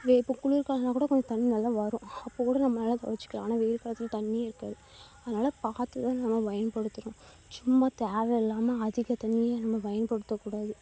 இதே இப்போ குளிர்காலம்னால் கூட கொஞ்சம் தண்ணி நல்லா வரும் அப்போக்கூட நம்ம நல்லா துவைச்சிக்கலாம் ஆனால் வெயில் காலத்தில் தண்ணியே இருக்காது அதனால் பார்த்து தான் நம்ம பயன்படுத்தணும் சும்மா தேவையில்லாம அதிக தண்ணியை நம்ம பயன்படுத்தக்கூடாது